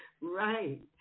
Right